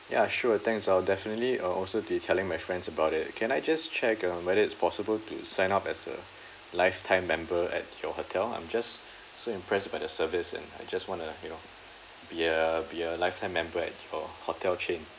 ya sure thanks I'll definitely uh also be telling my friends about it can I just check uh whether it's possible to sign up as a lifetime member at your hotel I'm just so impressed by the service and I just want to you know be a be a lifetime member at your hotel chain